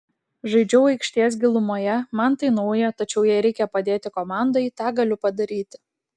žaidžiau aikštės gilumoje man tai nauja tačiau jei reikia padėti komandai tą galiu padaryti